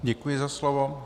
Děkuji za slovo.